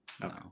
No